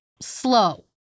slow